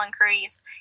increase